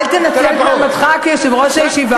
אי-אפשר שאתה תנצל את מעמדך כיושב-ראש הישיבה.